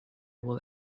will